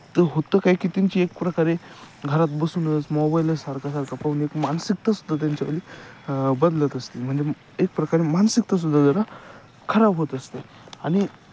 तर होतं काय की त्यांची एक प्रकारे घरात बसूनच मोबाईलच सारखा सारखा पाहून एक मानसिकतासुद्धा त्यांच्यावाली बदलत असते म्हणजे एक प्रकारे मानसिकतासुद्धा जरा खराब होत असते आणि